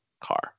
car